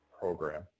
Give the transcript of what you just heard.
program